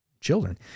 children